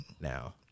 Now